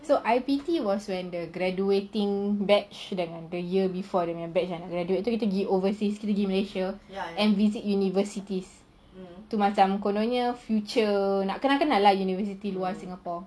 so I_P_T was when the graduating batch went a year before they graduate kita pergi overseas kita pergi malaysia and visit universities to macam kononnya future nak kenal-kenal ah universities luar singapore